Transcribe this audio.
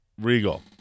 Regal